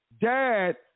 dad